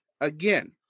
again